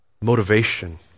motivation